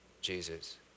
Jesus